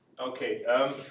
Okay